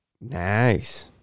Nice